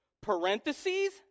Parentheses